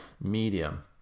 medium